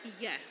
Yes